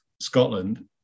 Scotland